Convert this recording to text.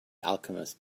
alchemist